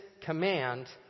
command